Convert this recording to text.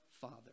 Father